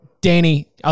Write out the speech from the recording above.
Danny